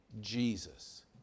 Jesus